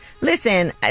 Listen